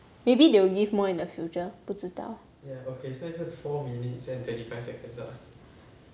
maybe they will give more in the future 不知道